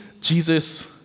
Jesus